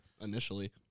initially